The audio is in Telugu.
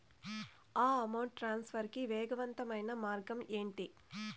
అమౌంట్ ట్రాన్స్ఫర్ కి వేగవంతమైన మార్గం ఏంటి